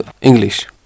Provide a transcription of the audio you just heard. English